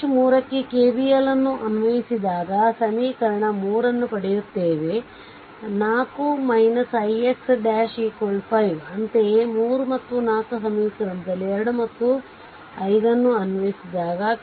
mesh 3 ಕ್ಕೆ KVL ಅನ್ನು ಅನ್ವಯಿಸಿದಾಗ ಸಮೀಕರಣ 3 ನ್ನು ಪಡೆಯುತ್ತೇವೆ 4 ix ' 5 ಅಂತೆಯೇ 3 ಮತ್ತು 4 ಸಮೀಕರಣದಲ್ಲಿ 2 ಮತ್ತು 5 ಅನ್ವಯಿಸಿದಾಗ